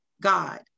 God